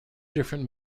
different